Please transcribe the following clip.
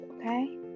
okay